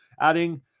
adding